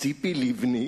ציפי לבני,